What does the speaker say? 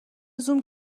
زوم